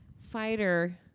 fighter